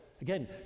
Again